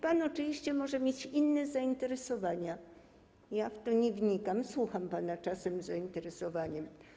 Pan oczywiście może mieć inne zainteresowania, ja w to nie wnikam, słucham pana czasem z zainteresowaniem.